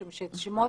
משום שאת השמות,